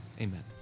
Amen